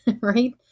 right